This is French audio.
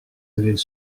avez